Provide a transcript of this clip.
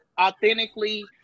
authentically